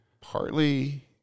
Partly